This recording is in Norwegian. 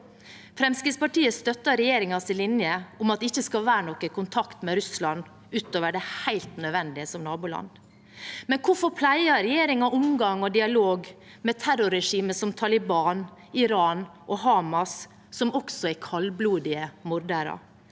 Fremskrittspartiet støtter regjeringens linje om at det ikke skal være noen kontakt med Russland utover det helt nødvendige som naboland. Men hvorfor pleier regjeringen omgang og har dialog med terrorregimer som Taliban, Iran og Hamas, som også er kaldblodige mordere?